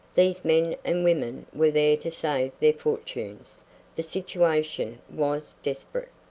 these men and women were there to save their fortunes the situation was desperate.